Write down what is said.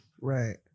Right